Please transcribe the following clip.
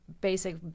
basic